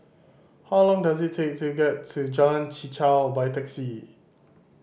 how long does it take to get to Jalan Chichau by taxi